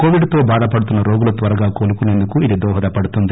Covid తో బాధపడుతున్న రోగులు త్వరగా కోలుకునేందుకు ఇది దోహదపడుతుంది